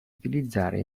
utilizzare